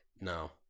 no